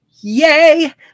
Yay